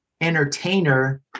entertainer